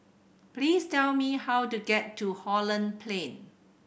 please tell me how to get to Holland Plain